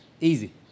Easy